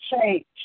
change